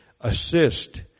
assist